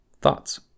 thoughts